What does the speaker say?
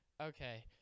Okay